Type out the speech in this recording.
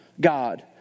God